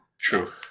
True